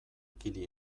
kili